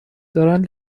دارن